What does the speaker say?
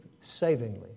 savingly